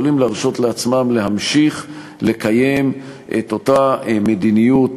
יכולים להרשות לעצמם להמשיך לקיים את אותה מדיניות